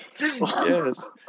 Yes